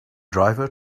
driver